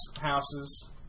houses